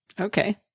Okay